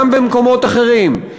גם במקומות אחרים.